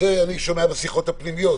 את זה אני שומע בשיחות הפנימיות,